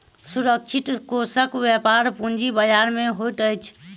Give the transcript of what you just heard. सुरक्षित कोषक व्यापार पूंजी बजार में होइत अछि